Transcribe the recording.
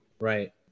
right